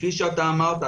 כפי שאתה אמרת,